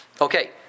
Okay